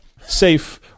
safe